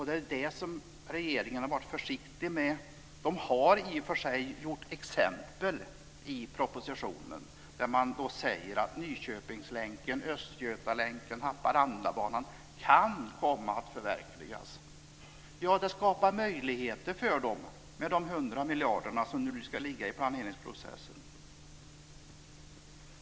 Det har också regeringen varit försiktig med. Man har i och för sig gett exempel i propositionen. Man säger att Nyköpingslänken, Östgötalänken och Haparandabanan kan komma att förverkligas. Ja, det skapas möjligheter för dem med de 100 miljarder som nu ska ligga i planeringsprocessen.